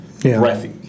breathy